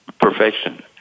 perfection